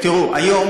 תראו, היום